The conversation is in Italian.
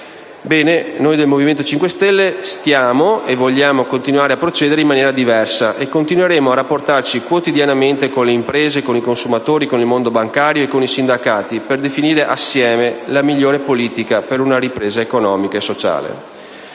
Ebbene, noi del Movimento 5 Stelle stiamo e vogliamo continuare a procedere in maniera diversa, e continueremo a rapportarci quotidianamente con le imprese, i consumatori, il mondo bancario e i sindacati, per definire assieme la migliore politica per una ripresa economica e sociale.